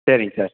சரிங் சார்